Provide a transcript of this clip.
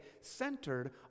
centered